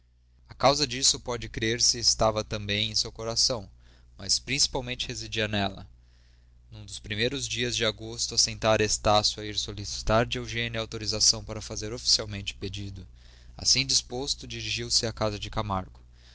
a causa disso pode crer-se estava também em seu coração mas principalmente residia nela num dos primeiros dias de agosto assentara estácio de ir solicitar de eugênia autorização para fazer oficialmente o pedido assim disposto dirigiu-se à casa de camargo